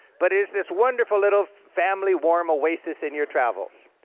but it is this wonderful little family, warm oasis in your travels.